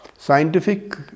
Scientific